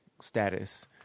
status